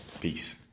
Peace